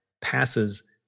passes